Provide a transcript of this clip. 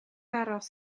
aros